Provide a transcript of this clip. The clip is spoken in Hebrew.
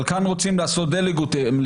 אבל כאן רוצים לעשות דה-לגיטימציה,